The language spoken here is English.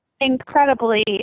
incredibly